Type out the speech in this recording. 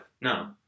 no